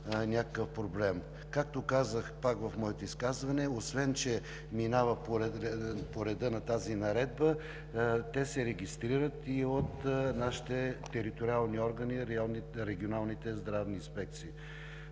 някакъв проблем. Както казах в моето изказване, освен че минава по реда на тази наредба, те се регистрират и от нашите териториални органи – регионалните здравни инспекции.